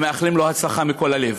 ומאחלים לו הצלחה מכל הלב.